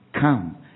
Come